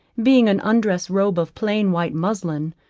being an undress robe of plain white muslin,